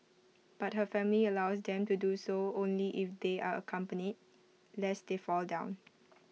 but her family allows them to do so only if they are accompanied lest they fall down